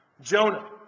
Jonah